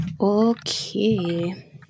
Okay